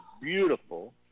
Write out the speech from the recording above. beautiful